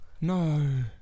No